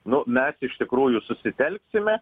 nu mes iš tikrųjų susitelksime